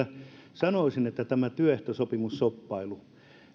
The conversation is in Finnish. sanoisin että tämä työehtosopimusshoppailu